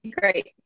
great